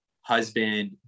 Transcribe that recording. husband